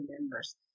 members